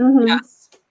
Yes